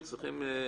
צריך